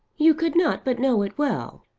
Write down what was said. you could not but know it well.